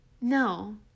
No